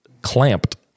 clamped